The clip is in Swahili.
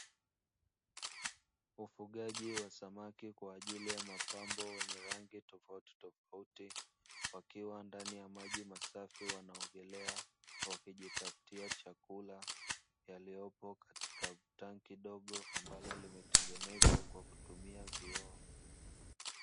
Ufugaji wa samaki kwa ajili ya mapambo wenye rangi tofautitofauti, wakiwa ndani ya maji masafi wanaogelea wakijitafutia chakula, yaliyopo katika tanki dogo ambalo limetengenezwa kwa kutumia vioo.